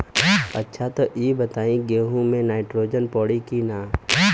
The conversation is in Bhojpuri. अच्छा त ई बताईं गेहूँ मे नाइट्रोजन पड़ी कि ना?